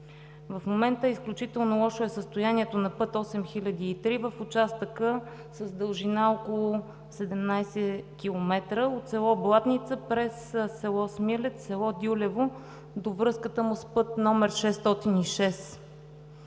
В момента изключително лошо е състоянието на път 8003 в участъка с дължина около 17 км от село Блатница през село Смилец, село Дюлево до връзката му с път номер 606.